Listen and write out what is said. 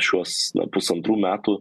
šiuos pusantrų metų